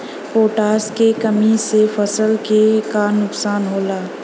Potash के कमी से फसल के का नुकसान होला?